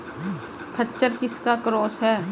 खच्चर किसका क्रास है?